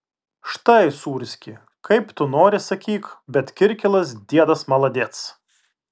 štai sūrski kaip tu nori sakyk bet kirkilas diedas maladec